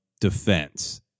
defense